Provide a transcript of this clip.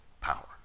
power